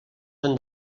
són